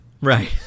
right